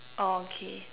orh okay